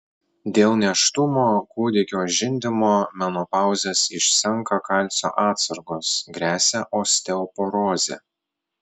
dėl nėštumo kūdikio žindymo menopauzės išsenka kalcio atsargos gresia osteoporozė